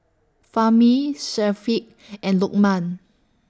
Fahmi Syafiq and Lokman